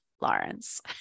Lawrence